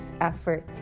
effort